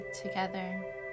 together